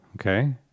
Okay